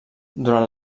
durant